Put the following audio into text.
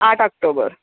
आठ आक्टोबर